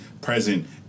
present